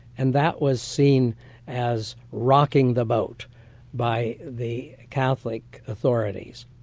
and that was seen as rocking the boat by the catholic authorities.